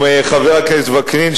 עם חבר הכנסת וקנין,